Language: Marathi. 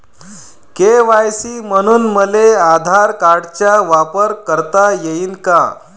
के.वाय.सी म्हनून मले आधार कार्डाचा वापर करता येईन का?